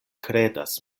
kredas